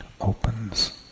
opens